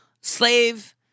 slave